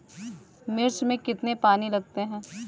मिर्च में कितने पानी लगते हैं?